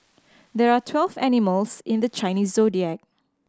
there are twelve animals in the Chinese Zodiac